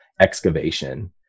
excavation